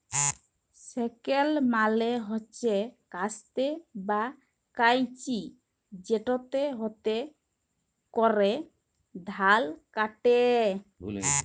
sickle মালে হছে কাস্তে বা কাঁইচি যেটতে হাতে ক্যরে ধাল ক্যাটে